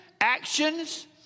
actions